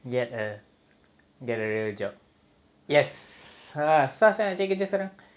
get a get a real job yes ha susah sia nak cari kerja sekarang